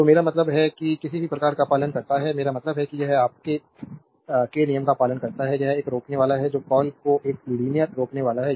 तो मेरा मतलब है कि किसी भी उपकरण का पालन करता है मेरा मतलब है कि यह आपके के नियम का पालन करता है यह एक रोकनेवाला है जो कॉल को एक लीनियर रोकनेवाला है